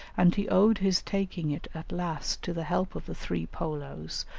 and he owed his taking it at last to the help of the three polos,